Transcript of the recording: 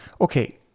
okay